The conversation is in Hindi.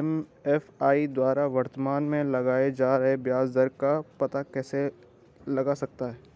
एम.एफ.आई द्वारा वर्तमान में लगाए जा रहे ब्याज दर का पता कैसे लगा सकता है?